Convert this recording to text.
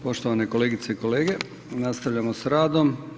Poštovane kolegice i kolege, nastavljamo s radom.